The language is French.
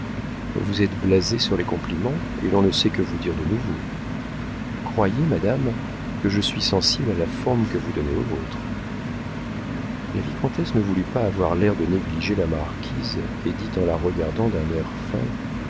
vous êtes blasée sur les compliments et l'on ne sait que vous dire de nouveau croyez madame que je suis sensible à la forme que vous donnez aux vôtres la vicomtesse ne voulut pas avoir l'air de négliger la marquise et dit en la regardant d'un air fin